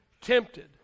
tempted